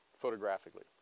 photographically